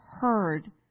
heard